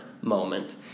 moment